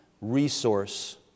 resource